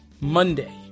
monday